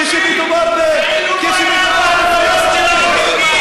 המוסר שלך נעלם כשמדובר בפלסטינים.